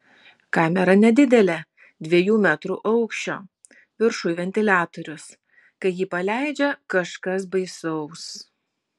kamera nedidelė dviejų metrų aukščio viršuj ventiliatorius kai jį paleidžia kažkas baisaus